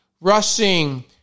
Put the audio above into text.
Rushing